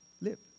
live